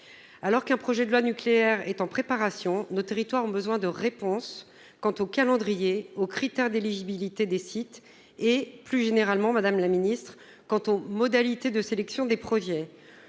Alors qu'un projet de loi sur le nucléaire est en préparation, nos territoires ont besoin de réponses quant au calendrier, aux critères d'éligibilité des sites et, plus généralement, madame la ministre, aux modalités de sélection des projets.